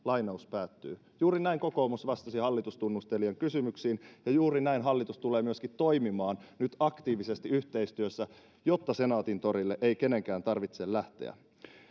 juuri näin kokoomus vastasi hallitustunnustelijan kysymyksiin ja juuri näin hallitus tulee myöskin toimimaan nyt aktiivisesti yhteistyössä jotta senaatintorille ei kenenkään tarvitse lähteä